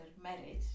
marriage